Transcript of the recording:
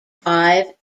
five